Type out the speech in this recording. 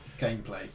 gameplay